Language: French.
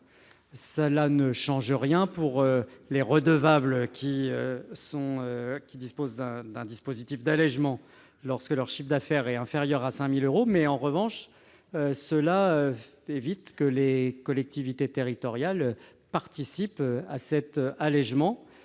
mesure ne change rien pour les redevables qui bénéficient d'un dispositif d'allégement lorsque leur chiffre d'affaires est inférieur à 5 000 euros. En revanche, elle évite que les collectivités territoriales ne participent à cet allégement.